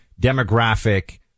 demographic